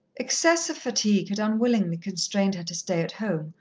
excess of fatigue had unwillingly constrained her to stay at home,